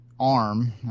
arm